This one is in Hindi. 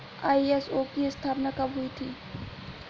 आई.एस.ओ की स्थापना कब हुई थी?